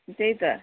त्यही त